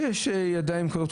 שיש יד קלה,